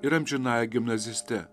ir amžinąja gimnaziste